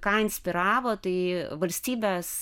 tai ką inspiravo tai valstybės